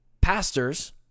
pastors